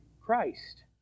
Christ